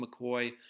McCoy